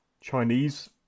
Chinese